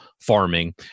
farming